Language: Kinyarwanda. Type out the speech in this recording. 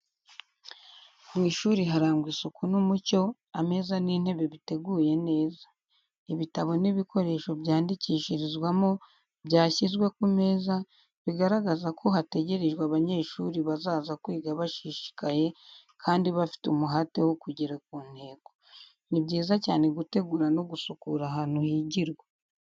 Mu ishuri harangwa isuku n’umucyo, ameza n’intebe biteguye neza. Ibitabo n’ibikoresho byandikishirizwamo byashyizwe ku meza, bigaragaza ko hategerejwe abanyeshuri bazaza kwiga bashishikaye kandi bafite umuhate wo kugera ku ntego. Ni byiza cyane gutegura no gusukura ahantu higirwa.